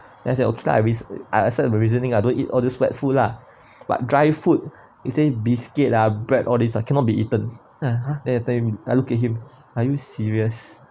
then I said okay lah I re~ I accept my reasoning I don't eat all this wet food lah but dry food you say biscuit lah bread all this ah cannot be eaten then I !huh! I looked at him are you serious